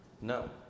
No